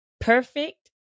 perfect